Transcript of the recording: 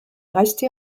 restée